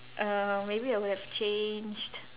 uh maybe I would have changed